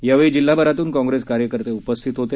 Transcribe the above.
यावेळी जिल्हाभरातून काँग्रेस कार्यकर्ते उपस्थित होते